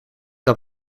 had